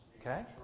Okay